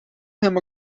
him